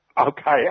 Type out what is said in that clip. Okay